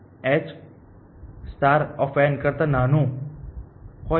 જો h h કરતા નાનું હોય તો